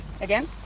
Again